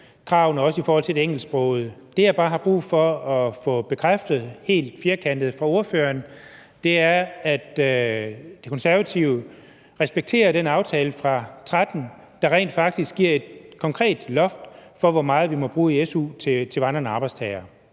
kravene, også i forhold til det engelsksprogede. Det, jeg bare har brug for at få bekræftet helt firkantet fra ordføreren, er, at De Konservative respekterer den aftale fra 2013, der rent faktisk lægger et konkret loft for, hvor meget vi må bruge i su til vandrende arbejdstagere.